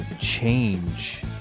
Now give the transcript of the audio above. change